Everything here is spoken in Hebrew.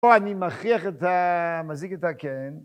פה אני מכריח את ה... מחזיק את הקן.